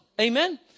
Amen